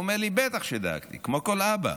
הוא אמר לי: בטח שדאגתי, כמו כל אבא,